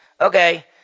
Okay